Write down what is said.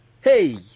Hey